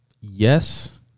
Yes